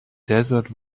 desert